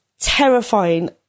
terrifying